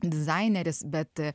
dizaineris bet